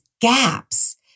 gaps